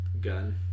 Gun